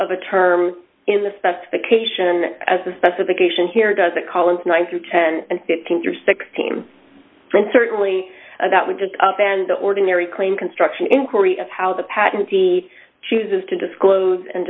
of a term in the specification as the specification here doesn't collins one through ten and fifteen or sixteen when certainly that would just up and the ordinary claim construction inquiry of how the patent he chooses to disclose and